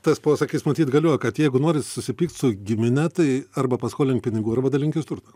tas posakis matyt galioja kad jeigu nori susipykt su gimine tai arba paskolink pinigų arba dalinkis turtą